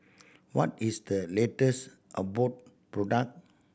what is the latest Abbott product